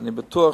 להתמודד.